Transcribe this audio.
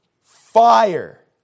fire